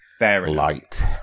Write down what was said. light